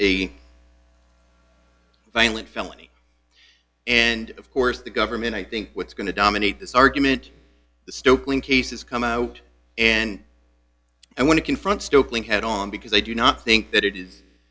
a violent felony and of course the government i think what's going to dominate this argument still cling cases come out and i want to confront stokely head on because i do not think that it is